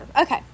Okay